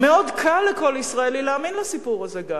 מאוד קל לכל ישראלי להאמין לסיפור הזה.